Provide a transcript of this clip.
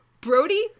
Brody